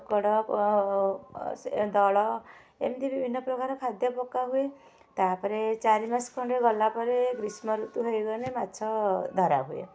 ଚୋକଡ଼ ସେ ଦଳ ଏମିତି ବିଭିନ୍ନ ପ୍ରକାର ଖାଦ୍ଯ ପକା ହୁଏ ତାପରେ ଚାରି ମାସ ଖଣ୍ଡେ ଗଲା ପରେ ଗ୍ରୀଷ୍ମ ଋତୁ ହେଇଗଲେ ମାଛ ଧରା ହୁଏ